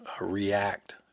react